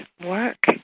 work